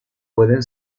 pueden